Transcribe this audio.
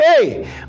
Hey